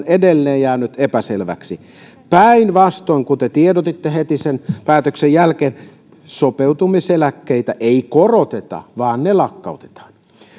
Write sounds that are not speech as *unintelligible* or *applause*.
*unintelligible* edelleen jäänyt epäselväksi päinvastoin kuin te tiedotitte heti sen päätöksen jälkeen sopeutumiseläkkeitä ei koroteta vaan ne lakkautetaan